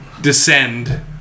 descend